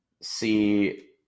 see